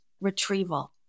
retrieval